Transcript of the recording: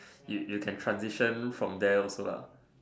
you you can transition from there also lah